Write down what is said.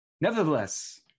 Nevertheless